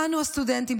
אנו הסטודנטים,